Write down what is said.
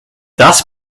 das